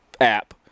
app